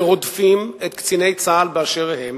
שרודפים את קציני צה"ל באשר הם,